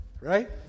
right